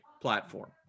platform